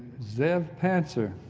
zeth p a ncer,